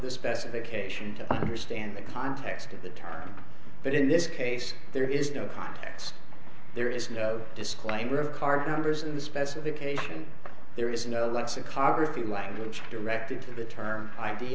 the specification to understand the context of the term but in this case there is no context there is no disclaimer of card numbers in the specification there is no let's a coffee language directed to the term i